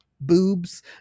boobs